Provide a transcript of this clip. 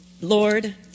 Lord